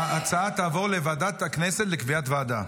ההצעה תעבור לוועדת הכנסת לקביעת ועדה.